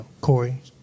Corey